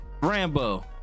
Rambo